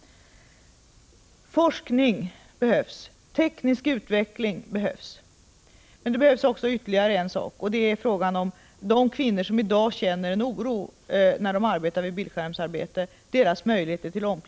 Forskning behövs. Teknisk utveckling behövs. Men det behövs ytterligare en sak, och det är möjlighet till omplacering för de gravida kvinnor som har bildskärmsarbete och som i dag känner en oro.